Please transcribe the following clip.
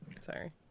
sorry